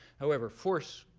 however, force,